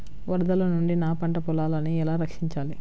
వరదల నుండి నా పంట పొలాలని ఎలా రక్షించాలి?